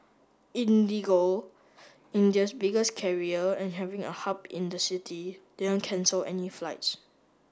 IndiGo India's biggest carrier and having a hub in the city didn't cancel any flights